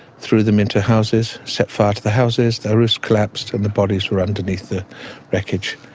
threw them into houses, set fire to the houses, their rooves collapsed, and the bodies were underneath the wreckage.